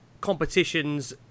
competitions